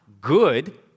good